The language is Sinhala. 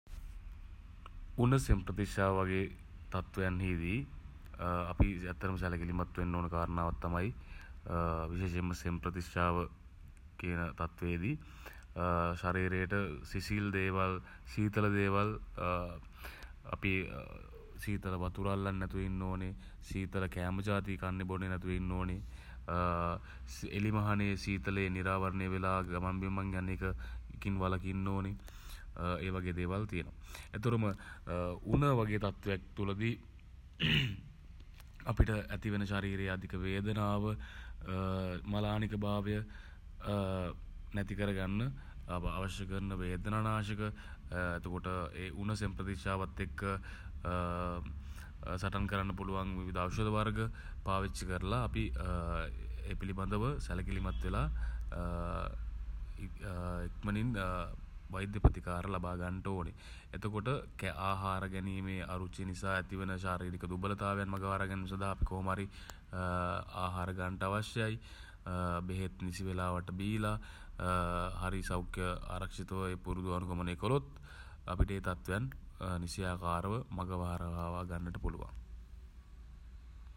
උණ සෙම්ප්‍රතිශ්‍යාව වගේ තත්වයන් හීදී අපි නිතරම සැලකිලිමත් වෙන්න ඕනේ කාරණාවක් තමයි විශේෂෙන්ම සෙම්ප්‍රතිශ්‍යාව කියන තත්වයේදී ශරීරයට සිසිල් දේවල් සීතල දේවල් අපි සීතල වතුර අල්ලන්නේ නැතුව ඉන්න ඕනේ. සීතල කෑම ජාති කන්නේ බොන්නේ නැතුව ඉන්න ඕනේ එළිමහනේ සීතලේ නිරාවරණය වෙලා ගමන් බිමන් යන එක එකෙන් වළකින්න ඕනේ. ඒ වගේ දේවල් තියෙනවා. එතකොට උණ වගේ තත්වයක් තුළදී අපිට ඇතිවන ශරීරයේ අධික වේදනාව මලානිකභාවය නැති කරගන්න අවශ්‍ය කරන වේදනානාශක ඒ උණ සෙම්ප්‍රතිශ්‍යාවත් එක්ක සටන් කරන්න පුළුවන් විවිධ ඖෂධ වර්ග පාවිච්චි කරලා අපි ඒ පිළිබඳව සැලකිලිමත් වෙලා ඉක්මනින් වෛද්‍ය ප්‍රතිකාර ලබා ගන්ට ඕනේ. එතකොට ආහාර ගැනීමේ අරුචිය නිසා ඇති වන ශාරීරික දුබලතාවයන් මග හරවා ගැනීම නිසා කොහොම හරි ආහාර ගන්ට අවශ්‍යයි. බෙහෙත් නිසි වෙලාවට බීලා හරි සෞඛ්‍ය ආරක්ෂිතව ඒ පුරුදු අනුගමනය කරොත් අපිට ඒ තත්වයන් නිසියාකාරව මග හරවා ගන්නට පුළුවන්.